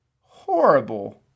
horrible